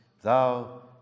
thou